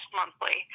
monthly